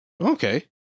Okay